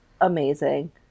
amazing